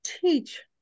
teach